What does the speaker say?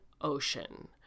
ocean